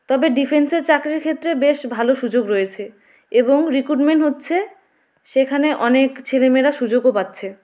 তবে ডিফেন্সের চাকরির ক্ষেত্রে বেশ ভালো সুযোগ রয়েছে এবং রিক্রুটমেন্ট হচ্ছে সেখানে অনেক ছেলেমেয়েরা সুযোগও পাচ্ছে